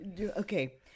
Okay